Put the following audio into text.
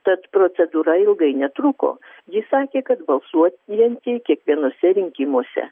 tad procedūra ilgai netruko ji sakė kad balsuot reikia kiekvienuose rinkimuose